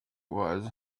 was